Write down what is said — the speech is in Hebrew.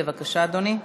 בבקשה, אדוני.